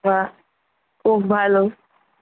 বাহ খুব ভালো